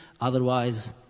Otherwise